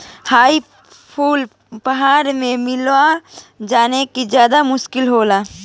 हई फूल पहाड़ में मिलेला जवन कि ज्यदा मुश्किल से होला